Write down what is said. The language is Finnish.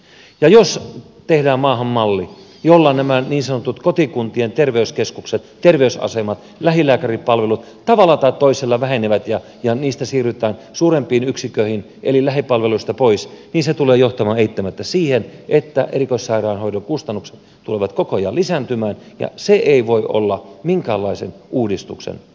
jos tehdään maahan malli jolla nämä niin sanotut kotikuntien terveyskeskukset terveysasemat lähilääkäripalvelut tavalla tai toisella vähenevät ja niistä siirrytään suurempiin yksiköihin eli lähipalveluista pois niin se tulee johtamaan eittämättä siihen että erikoissairaanhoidon kustannukset tulevat koko ajan lisääntymään ja se ei voi olla minkäänlaisen uudistuksena